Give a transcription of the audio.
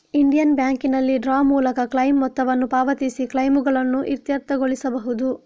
Indian ಬ್ಯಾಂಕಿನಲ್ಲಿ draw ಮೂಲಕ claim ಮೊತ್ತವನ್ನು ಪಾವತಿಸಿ ಕ್ಲೈಮುಗಳನ್ನು ಇತ್ಯರ್ಥಗೊಳಿಸಬಹುದು